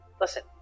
listen